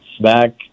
back